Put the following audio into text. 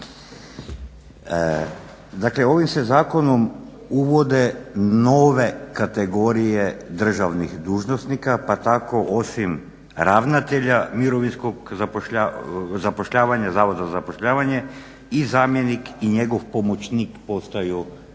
Dakle, ovim se zakonom uvode nove kategorije državnih dužnosnika pa tako osim ravnatelja Mirovinskog zavoda za zapošljavanje i zamjenik i njegov pomoćnik postaju